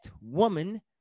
woman